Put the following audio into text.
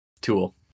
tool